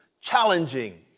challenging